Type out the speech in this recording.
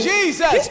Jesus